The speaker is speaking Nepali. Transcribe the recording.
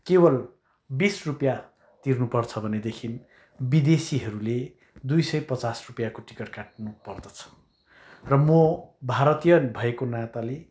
केवल बिस रुपियाँ तिर्नुपर्छ भनेदेखि विदेशीहरूले दुई सय पचास रुपियाँको टिकट काट्नुपर्दछ र म भारतीय भएको नाताले